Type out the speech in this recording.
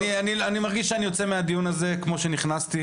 אני מרגיש שאני יוצא מהדיון הזה כמו שנכנסתי,